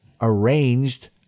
arranged